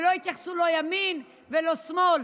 ולא יתייחסו לא ימין ולא שמאל,